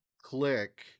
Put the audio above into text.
click